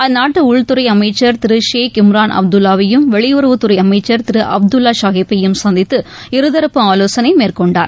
அந்நாட்டு உள்துறை அமைச்சர் திரு ஷேக் இம்ரான் அப்துல்லாவையும் வெளியறவுத் துறை அமைச்சர் திரு அப்துல்லா ஷாகீப்பையும் சந்தித்து இருதரப்பு ஆலோசனை மேற்கொண்டார்